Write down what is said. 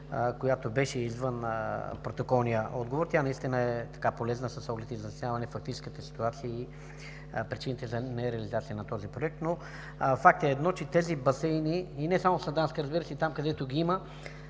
която беше извън протоколния отговор. Тя е полезна с оглед изясняване фактическата ситуация и причините за нереализация на този проект. Факт е едно, че тези басейни – и не само в Сандански, разбира се, а там където ги има,